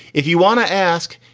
if you want to ask,